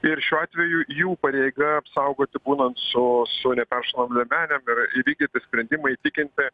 ir šiuo atveju jų pareiga apsaugoti būnant su su neperšaunamom liemenėm ir įvykdyti sprendimą įtikinti